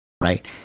Right